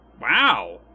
Wow